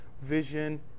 vision